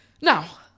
Now